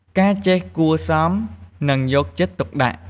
ការចេះគួរសមនិងយកចិត្តទុកដាក់។